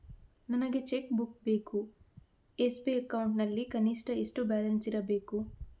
ನನಗೆ cheque book ಬೇಕು SB account ನಲ್ಲಿ ಕನಿಷ್ಠ ಎಷ್ಟು ಬ್ಯಾಲೆನ್ಸ್ ಇರಬೇಕು?